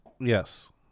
Yes